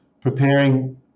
preparing